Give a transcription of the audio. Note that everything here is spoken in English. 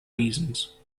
reasons